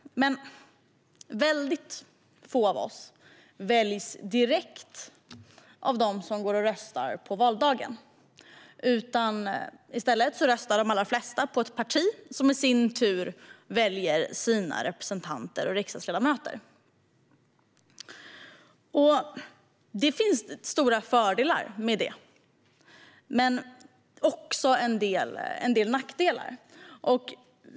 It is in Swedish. Men väldigt få av oss väljs direkt av dem som går och röstar på valdagen. I stället röstar de allra flesta på ett parti, som i sin tur väljer sina representanter och riksdagsledamöter. Det finns stora fördelar med detta men också en del nackdelar.